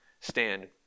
stand